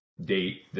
date